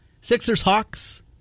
Sixers-Hawks